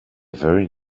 very